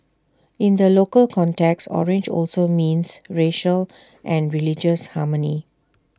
in the local context orange also means racial and religious harmony